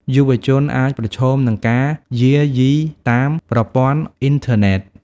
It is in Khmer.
យុវជនអាចប្រឈមនឹងការយាយីតាមប្រព័ន្ធអ៊ីនធឺណិត។